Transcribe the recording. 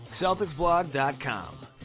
Celticsblog.com